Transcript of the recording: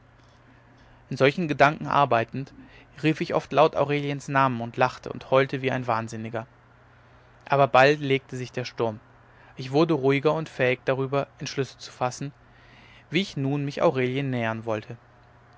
in solchen gedanken arbeitend rief ich oft laut aureliens namen und lachte und heulte wie ein wahnsinniger aber bald legte sich der sturm ich wurde ruhiger und fähig darüber entschlüsse zu fassen wie ich nun mich aurelien nähern wollte